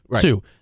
Two